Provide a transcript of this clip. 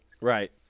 Right